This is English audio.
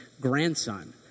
grandson